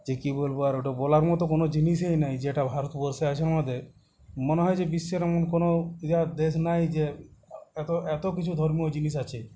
যে কী বলবো আর ওটা বলার মতো কোনও জিনিসই এ নাই যেটা ভারতবর্ষে আছে আমাদের মনে হয় যে বিশ্বের এমন কোনও যে দেশ নাই যে এতো এতো কিছু ধর্মীয় জিনিস আছে